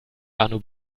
arno